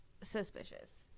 suspicious